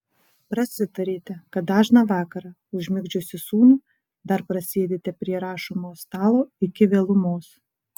prasitarėte kad dažną vakarą užmigdžiusi sūnų dar prasėdite prie rašomojo stalo iki vėlumos